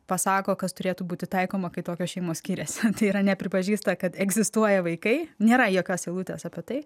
pasako kas turėtų būti taikoma kai tokios šeimos skiriasi tai yra nepripažįsta kad egzistuoja vaikai nėra jokios eilutės apie tai